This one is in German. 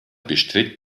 bestritt